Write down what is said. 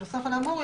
נוסף על האמור,